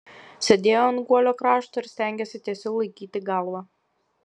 sėdėjo ant guolio krašto ir stengėsi tiesiau laikyti galvą